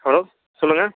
hello சொல்லுங்க